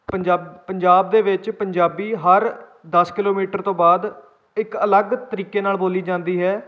ਪੰਜਾ ਪੰਜਾਬ ਦੇ ਵਿੱਚ ਪੰਜਾਬੀ ਹਰ ਦਸ ਕਿਲੋਮੀਟਰ ਤੋਂ ਬਾਅਦ ਇੱਕ ਅਲੱਗ ਤਰੀਕੇ ਨਾਲ ਬੋਲੀ ਜਾਂਦੀ ਹੈ